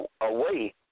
away